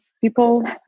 people